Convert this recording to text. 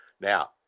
Now